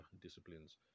disciplines